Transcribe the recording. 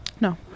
No